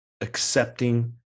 accepting